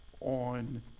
on